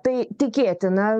tai tikėtina